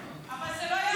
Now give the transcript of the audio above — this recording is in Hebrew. אבל זה לא יעזור לך.